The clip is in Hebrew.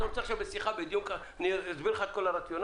אתה רוצה שעכשיו אסביר לך את כל הרציונל?